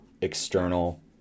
external